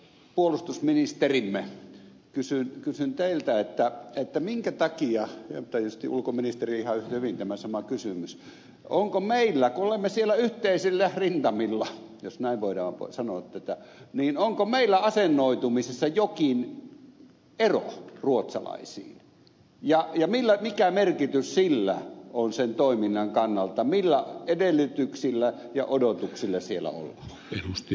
arvoisa puolustusministerimme kysyn teiltä tai tietysti ulkoministerille ihan yhtä hyvin tämä sama kysymys onko meillä kun olemme siellä yhteisillä rintamilla jos näin voi sanoa asennoitumisessa jokin ero ruotsalaisiin ja mikä merkitys sillä on sen toiminnan kannalta millä edellytyksillä ja odotuksilla siellä ollaan